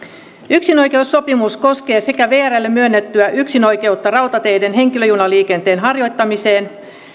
yksinoikeussopimus koskee sekä vrlle myönnettyä yksinoikeutta rautateiden henkilöjunaliikenteen harjoittamiseen